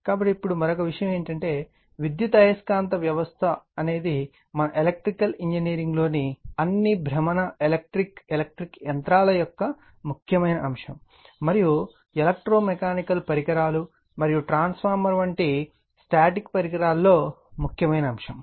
కాబట్టి ఇప్పుడు మరొక విషయం ఏమిటంటే విద్యుదయస్కాంత వ్యవస్థ అనేది మన ఎలక్ట్రికల్ ఇంజనీరింగ్లోని అన్ని భ్రమణ ఎలక్ట్రికల్ ఎలక్ట్రిక్ యంత్రాల యొక్క ముఖ్యమైన అంశం మరియు ఎలక్ట్రో మెకానికల్ పరికరాలు మరియు ట్రాన్స్ఫార్మర్ వంటి స్టాటిక్ పరికరాల లో ముఖ్యమైన అంశం